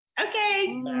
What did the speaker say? Okay